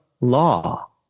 law